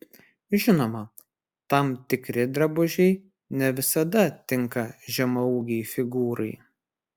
žinoma tam tikri drabužiai ne visada tinka žemaūgei figūrai